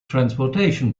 transportation